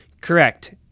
Correct